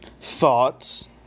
Thoughts